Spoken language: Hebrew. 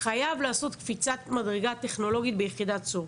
חייב לעשות קפיצת מדרגה טכנולוגית ביחידת צור.